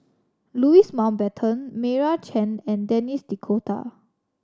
Louis Mountbatten Meira Chand and Denis D'Cotta